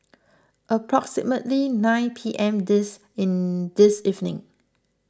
approximately nine P M this in this evening